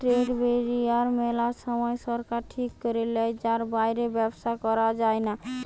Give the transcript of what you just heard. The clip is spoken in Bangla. ট্রেড ব্যারিয়ার মেলা সময় সরকার ঠিক করে লেয় যার বাইরে ব্যবসা করা যায়না